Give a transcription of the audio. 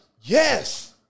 Yes